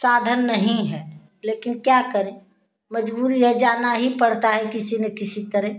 साधन नही है लेकिन क्या करें मजबूरी है जाना ही पड़ता है किसी ना किसी तरह